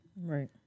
Right